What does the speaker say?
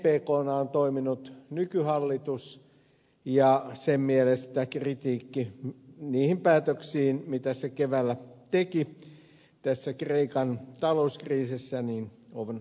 vpkna on toiminut nykyhallitus ja sen mielestä kritiikki niistä päätöksistä mitä se keväällä teki tässä kreikan talouskriisissä on ollut väärää